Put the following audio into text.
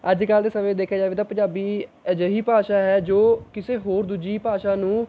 ਅੱਜ ਕੱਲ੍ਹ ਦੇ ਸਮੇਂ ਦੇਖਿਆ ਜਾਵੇ ਤਾਂ ਪੰਜਾਬੀ ਅਜਿਹੀ ਭਾਸ਼ਾ ਹੈ ਜੋ ਕਿਸੇ ਹੋਰ ਦੂਜੀ ਭਾਸ਼ਾ ਨੂੰ